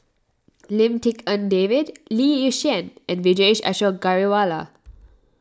Lim Tik En David Lee Yi Shyan and Vijesh Ashok Ghariwala